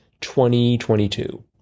2022